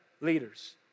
leaders